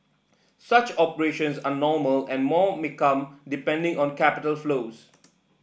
such operations are normal and more may come depending on capital flows